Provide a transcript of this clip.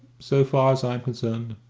so far as i am concerned,